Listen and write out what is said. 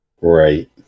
Right